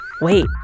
wait